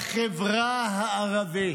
בחברה הערבית,